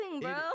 bro